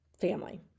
family